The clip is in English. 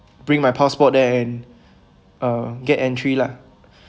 bring my passport then and uh get entry lah